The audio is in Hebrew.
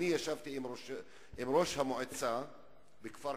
אני ישבתי עם ראש המועצה בכפר-קאסם,